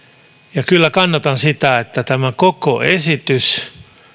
kyllä kannatan sitä että tämä koko esitys hylätään